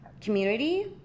community